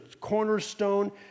cornerstone